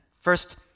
First